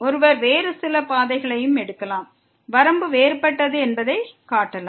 ஒருவர் வேறு சில பாதைகளையும் எடுக்கலாம் வரம்பு வேறுபட்டது என்பதைக் காட்டலாம்